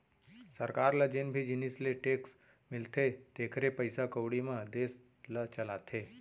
सरकार ल जेन भी जिनिस ले टेक्स मिलथे तेखरे पइसा कउड़ी म देस ल चलाथे